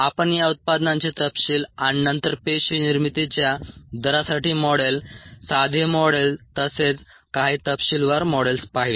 आपण या उत्पादनांचे तपशील आणि नंतर पेशी निर्मितीच्या दरासाठी मॉडेल साधे मॉडेल तसेच काही तपशीलवार मॉडेल्स पाहिले